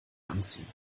anziehen